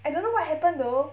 I don't know what happened though